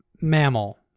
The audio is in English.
mammal